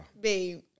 Babe